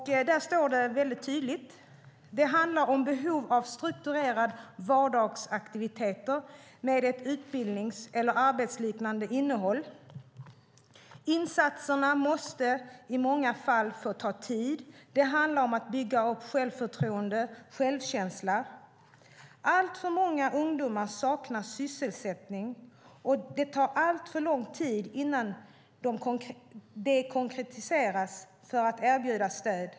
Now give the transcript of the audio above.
Där står det väldigt tydligt: "De handlar om behov av strukturerade vardagsaktiviteter med ett utbildnings eller arbetsliknande innehåll. - Insatserna måste i många fall få ta tid. Det handlar om att bygga upp självförtroende och självkänsla. - Allt för många ungdomar saknar sysselsättning och det tar allt för lång tid innan de kontaktas för att erbjudas stöd.